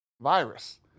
virus